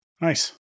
Nice